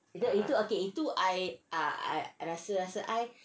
ah